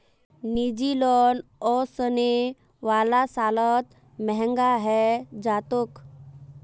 निजी लोन ओसने वाला सालत महंगा हैं जातोक